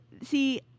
see